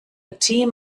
team